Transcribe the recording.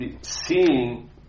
seeing